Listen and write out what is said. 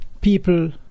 people